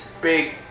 big